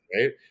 right